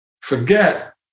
forget